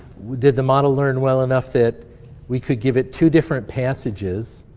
did the model learn well enough that we could give it to different passages,